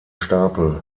stapel